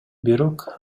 бирок